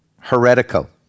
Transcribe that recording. heretical